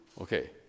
okay